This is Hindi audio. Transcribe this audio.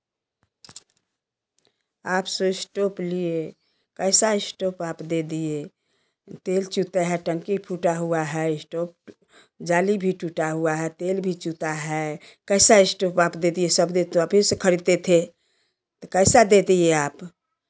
आपसे स्टोप लिए कैसा स्टोप आप दे दिए तेल चूते है टंकी फूटा हुआ है स्टोप्ड जाली भी टूटा हुआ है तेल भी चूता है कैसा स्टोप आप दे दिए सब दे तो आप ही से खरीदते थे तो कैसा दे दिए आप